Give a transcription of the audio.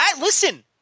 Listen